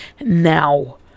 now